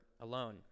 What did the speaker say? alone